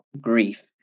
grief